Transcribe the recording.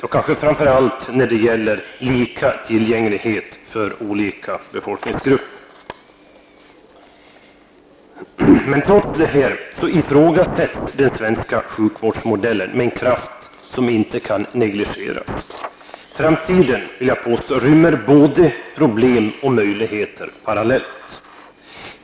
Framför allt gäller kanske resonemanget med avseende på lika tillgänglighet för olika befolkningsgrupper. Trots detta ifrågasätts den svenska sjukvårdsmodellen med en kraft som inte kan negligeras. Jag vill påstå att framtiden rymmer både problem och möjligheter.